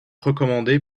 recommandé